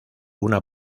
una